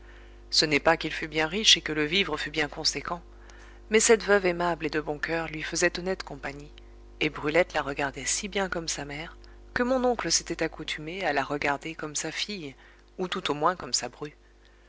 ce n'est pas qu'il fût bien riche et que le vivre fût bien conséquent mais cette veuve aimable et de bon coeur lui faisait honnête compagnie et brulette la regardait si bien comme sa mère que mon oncle s'était accoutumé à la regarder comme sa fille ou tout au moins comme sa bru